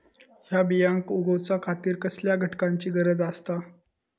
हया बियांक उगौच्या खातिर कसल्या घटकांची गरज आसता?